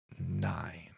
nine